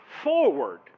forward